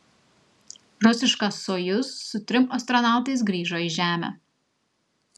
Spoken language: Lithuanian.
rusiška sojuz su trim astronautais grįžo į žemę